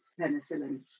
penicillin